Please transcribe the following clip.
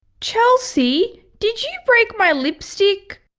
chelsea! did you break my lipstick?